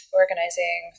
organizing